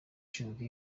ushinzwe